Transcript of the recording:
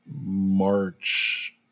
March